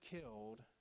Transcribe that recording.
killed